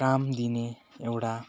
काम दिने एउटा